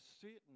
certain